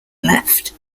left